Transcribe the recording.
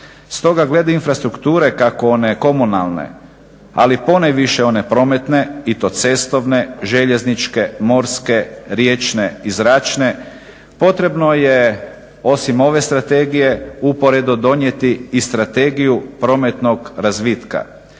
Stoga glede infrastrukture kako one komunalne, ali ponajviše one prometne i to cestovne, željezničke, morske, riječne i zračne potrebno je osim ove strategije usporedno donijeti i strategiju prometnog razvitka.